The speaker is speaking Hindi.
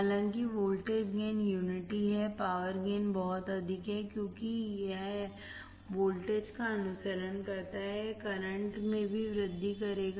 हालांकि वोल्टेज गेन यूनिटी है पावर गेन बहुत अधिक है क्योंकि हालांकि यह वोल्टेज का अनुसरण करता है यह करंट में भी वृद्धि करेगा